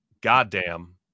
goddamn